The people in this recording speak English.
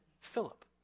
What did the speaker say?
Philip